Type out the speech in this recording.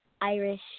Irish